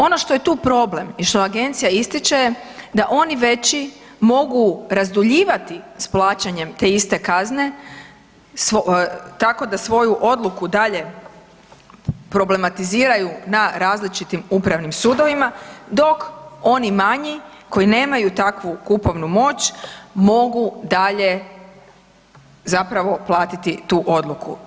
Ono što je tu problem i što agencija ističe je da oni veći mogu razduljivati s plaćanjem te iste kazne tako da svoju odluku dalje problematiziraju na različitim upravnim sudovima dok oni manji koji nemaju takvu kupovnu moć mogu dalje zapravo platiti tu odluku.